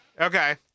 okay